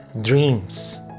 dreams